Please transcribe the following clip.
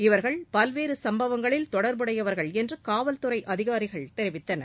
இவர்கள் பல்வேறு சம்பவங்களில் தொடர்பு உடையவர்கள் என்று காவல்துறை அதிகாரிகள் தெரிவித்தனர்